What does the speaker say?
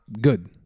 good